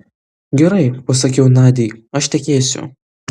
gerai pasakiau nadiai aš tekėsiu